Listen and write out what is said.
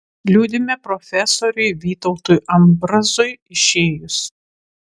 liūdime profesoriui vytautui ambrazui išėjus